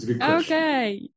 okay